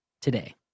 today